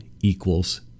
equals